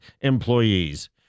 employees